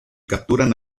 capturan